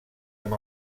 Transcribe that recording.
amb